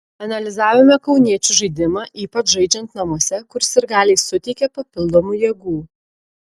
analizavome kauniečių žaidimą ypač žaidžiant namuose kur sirgaliai suteikia papildomų jėgų